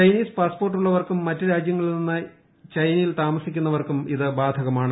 Chinese പാസ്പോർട്ടുള്ളവർക്കും മറ്റ് രാജ്യങ്ങളിൽ നിന്ന് ചൈനയിൽ താമസിക്കുന്നവർക്കും ഇത് ബാധകമാണ്